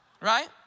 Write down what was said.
Right